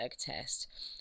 test